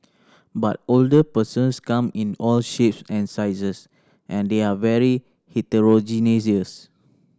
but older persons come in all shapes and sizes and they're very heterogeneous